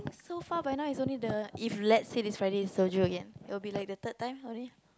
so far by now it's only the if let's say this Friday is Soju again it'd be like the third time already